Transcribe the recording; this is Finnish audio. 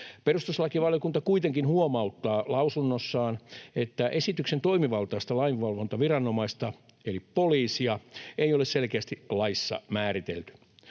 Perustuslakivaliokunta kuitenkin huomauttaa lausunnossaan, että esityksen toimivaltaista lainvalvontaviranomaista eli poliisia ei ole selkeästi laissa määritelty.